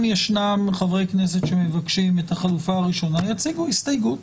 אם ישנם חברי כנסת שמבקשים את החלופה הראשונה יציגו הסתייגות